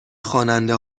خواننده